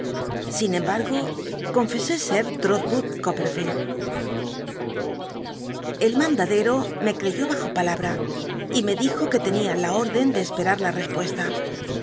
sin embargo confesé ser trotwood copperfield el mandadero me cccyó bajo palabra y me dijo que tenia la órden de e perar a respuesta